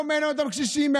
לא מעניינים אותם קשישים.